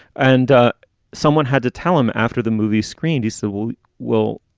and someone had to tell him after the movie screen is the will will.